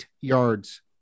yards